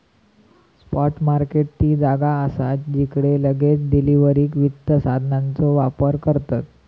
spot market ती जागा असा जिकडे लगेच डिलीवरीक वित्त साधनांचो व्यापार करतत